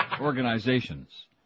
organizations